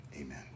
amen